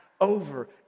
over